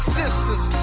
sisters